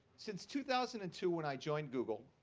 since two thousand and two, when i joined google,